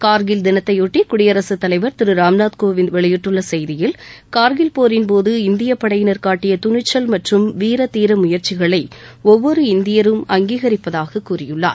கார்கில் தினத்தையொட்டி குடியரசு தலைவர் திரு ராம்நாத் கோவிந்த் வெளியிட்டுள்ள செய்தியில் கார்கில் போரின் போது இந்தியப் படையினர் காட்டிய துணிச்சல் மற்றும் வீர தீர முயற்சிகளை ஒவ்வொரு இந்தியரும் அங்கீகரிப்பதாக கூறியுள்ளார்